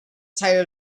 side